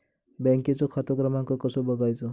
बँकेचो खाते क्रमांक कसो बगायचो?